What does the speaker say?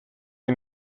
den